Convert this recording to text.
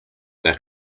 their